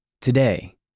Today